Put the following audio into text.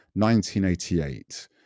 1988